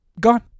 gone